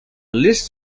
list